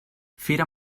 fira